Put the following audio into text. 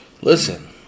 Listen